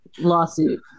lawsuit